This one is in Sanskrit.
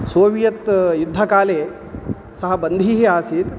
सोवियत् युद्धकाले सः बन्धिः आसीत्